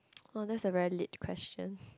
oh that is a very lit question